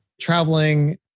traveling